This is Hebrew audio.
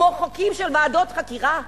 כמו חוקים של ועדות חקירה?